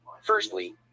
Firstly